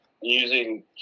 using